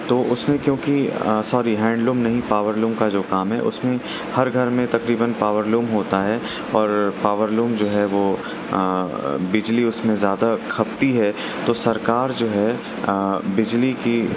تو اس میں کیونکہ سوری ہینڈ لوم نہیں پاور لوم کا جو کام ہے اس میں ہر گھر میں تقریباً پاور لوم ہوتا ہے اور پاور لوم جو ہے وہ بجلی اس میں زیادہ کھپتی ہے تو سرکار جو ہے بجلی کی